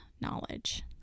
knowledge